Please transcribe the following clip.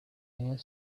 here